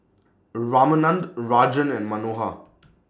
Ramanand Rajan and Manohar